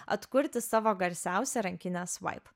atkurti savo garsiausią rankinę svaip